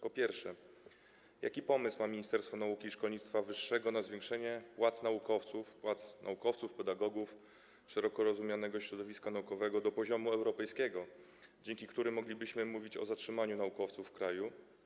Po pierwsze, jaki pomysł ma Ministerstwo Nauki i Szkolnictwa Wyższego na zwiększenie płac naukowców, pedagogów, szeroko rozumianego środowiska naukowego do poziomu europejskiego, dzięki któremu moglibyśmy mówić o zatrzymaniu naukowców w kraju?